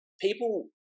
people